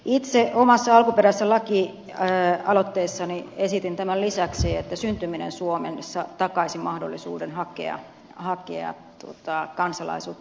itse omassa alkuperäisessä lakialoitteessani esitin tämän lisäksi että syntyminen suomessa takaisi mahdollisuuden hakea kansalaisuutta